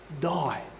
die